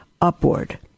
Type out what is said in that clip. upward